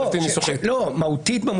מהותית.